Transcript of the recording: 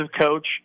coach